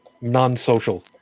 non-social